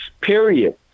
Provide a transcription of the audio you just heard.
period